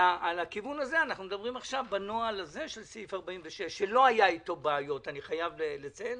בנוהל הזה של סעיף 46, שאני חייב לציין